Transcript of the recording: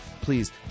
please